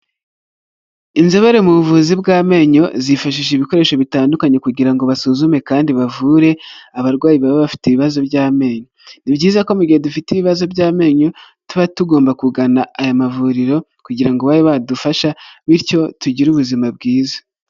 Inzobere mu buvuzi bw'amenyo zifashisha ibikoresho bitandukanye kugira ngo basuzume kandi bavure abarwayi baba bafite ibibazo by'amenyo, ni byiza ko mu gihe dufite ibibazo by'amenyo tuba tugomba kugana aya mavuriro kugira ngo babe badufasha bityo tugire ubuzima bwiza.